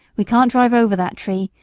we can't drive over that tree,